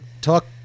talk